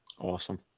Awesome